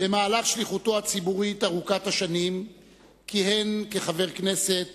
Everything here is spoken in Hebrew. שליחותו הציבורית ארוכת השנים כיהן כחבר כנסת